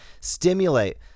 stimulate